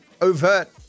overt